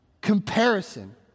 Comparison